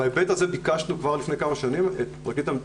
בהיבט הזה ביקשנו כבר לפני כמה שנים את הפרקליטות